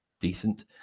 decent